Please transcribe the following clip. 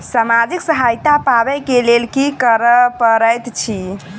सामाजिक सहायता पाबै केँ लेल की करऽ पड़तै छी?